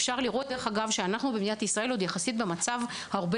אפשר לראות שישראל נמצאת יחסית במצב הרבה